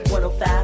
105